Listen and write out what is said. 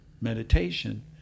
meditation